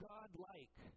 God-like